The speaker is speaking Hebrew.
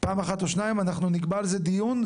פעם אחת או שתיים, אנחנו נקבע לזה דיון.